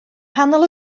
nghanol